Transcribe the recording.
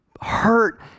hurt